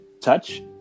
touch